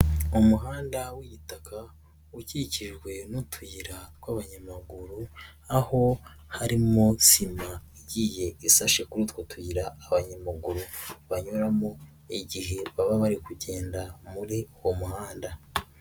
Umuhanda w'igitaka ukikijwe n'utuyira tw'abanyamaguru, aho harimo sima igiye isashe kuri utwo tuyira abanyamaguru banyuramo igihe baba bari kugenda muri uwo muhanda.